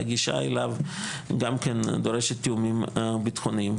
והגישה אליו גם כן דורשת תיאומים בטחוניים.